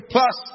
Plus